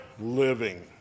living